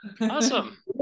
awesome